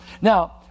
Now